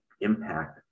impact